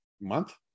month